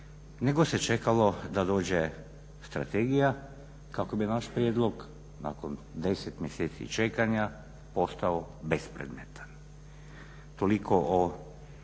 nego se čekalo da dođe strategija kako bi naš prijedlog nakon 10 mjeseci čekanja postao bespredmetan. Toliko o